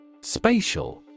Spatial